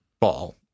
ball